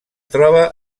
troba